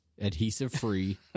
adhesive-free